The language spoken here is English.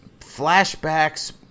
flashbacks